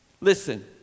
Listen